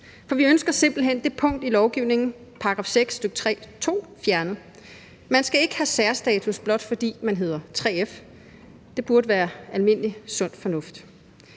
for vi ønsker simpelt hen det punkt i lovgivningen, altså § 6, stk. 3, nr. 2, fjernet. Man skal ikke have særstatus, blot fordi man hedder 3F – det burde være almindelig sund fornuft.